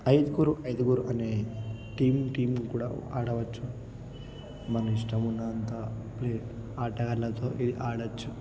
ఐదుగురు ఐదుగురు అనే టీం టీంలు కూడా ఆడవచ్చు మన ఇష్టం ఉన్నంత ఆటగాళ్ళతో ఇది ఆడవచ్చు